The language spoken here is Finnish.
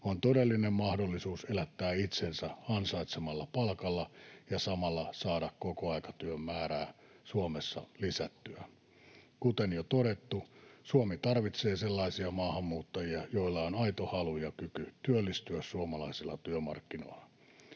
on todellinen mahdollisuus elättää itsensä ansaitsemallaan palkalla ja samalla saada kokoaikatyön määrää Suomessa lisättyä. Kuten jo todettu, Suomi tarvitsee sellaisia maahanmuuttajia, joilla on aito halu ja kyky työllistyä suomalaisilla työmarkkinoilla.